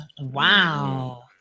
Wow